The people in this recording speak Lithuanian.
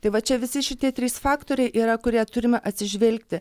tai va čia visi šitie trys faktoriai yra kurie turime atsižvelgti